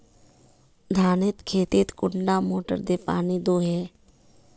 धानेर खेतोत कुंडा मोटर दे पानी दोही?